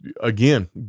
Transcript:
again